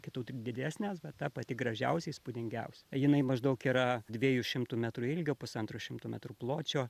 kitų tik didesnės bet tą pati gražiausia įspūdingiausia jinai maždaug yra dviejų šimtų metrų ilgio pusantro šimto metrų pločio